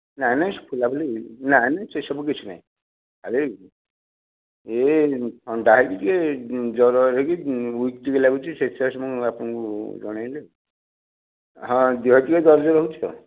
ନାଇଁ ନାଇଁ ଫୁଲାଫୁଲି ନାଇଁ ନାଇଁ ସେସବୁ କିଛି ନାହିଁ ଆରେ ଇଏ ଥଣ୍ଡା ହେଇକି ଜ୍ଵର ହେଇକି ଉଇକ୍ ଟିକେ ଲାଗୁଛି ସେଇଥି ସକାଶେ ମୁଁ ଆପଣଙ୍କୁ ଜଣେଇଲି ହଁ ଦେହ ଟିକେ ଦରଜ ରହୁଛି ଆଉ